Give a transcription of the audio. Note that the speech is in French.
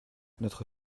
notre